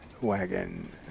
wagon